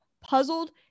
puzzled